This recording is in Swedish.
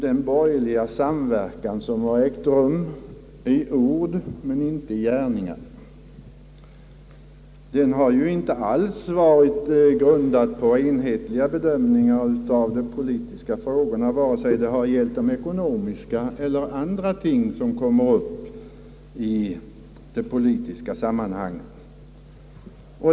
Den borgerliga samverkan som har ägt rum i ord men inte i gärningar har inte alls varit grundad på enhetliga bedömningar av de politiska frågorna, vare sig det gällt ekonomiska eller andra ting som kommit upp i den politiska diskussionen.